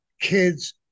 kids